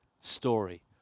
story